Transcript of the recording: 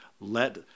let